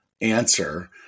answer